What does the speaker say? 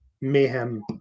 mayhem